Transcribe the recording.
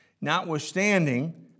notwithstanding